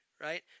right